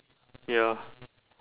ya